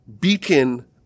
beacon